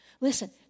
Listen